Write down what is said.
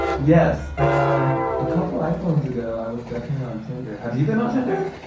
yes. um a couple iphones ago i was definitely on tinder. have you been on tinder?